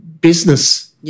business